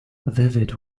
vivid